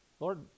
Lord